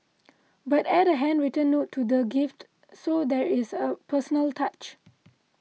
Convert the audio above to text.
but add a handwritten note to the gift so there is a personal touch